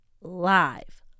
live